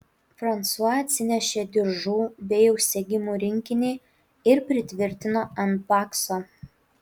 fransua atsinešė diržų bei užsegimų rinkinį ir pritvirtino ant bakso